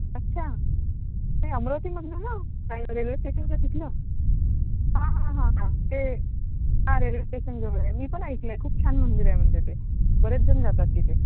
अच्छा ते अमरावतीमधलं ना रेल्वे स्टेशनच्या तिथलं हां हां हां हां ते हां रेल्वे स्टेशन जवळ आहे मी पण ऐकलं आहे खूप छान मंदिर आहे म्हणते ते बरेचजण जातात तिथे